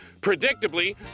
Predictably